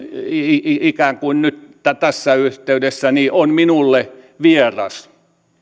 ikään kuin nyt tässä yhteydessä on minulle vieras